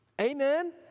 Amen